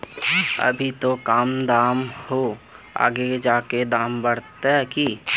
अभी ते दाम कम है आगे जाके दाम बढ़ते की?